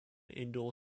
indoor